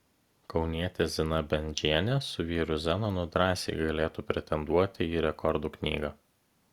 kaunietė zina bendžienė su vyru zenonu drąsiai galėtų pretenduoti į rekordų knygą